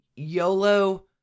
YOLO